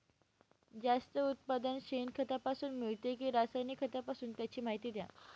जास्त उत्पादन शेणखतापासून मिळते कि रासायनिक खतापासून? त्याची माहिती द्या